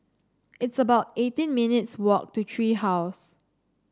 it's about eighteen minutes' walk to Tree House